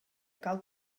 cal